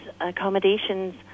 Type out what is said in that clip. accommodations